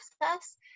process